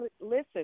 Listen